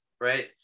right